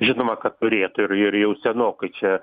žinoma kad turėtų ir ir jau senokai čia